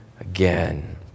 again